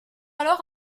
alors